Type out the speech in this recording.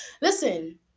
listen